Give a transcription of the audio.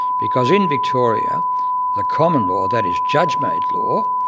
because in victoria the common law, that is judge-made law,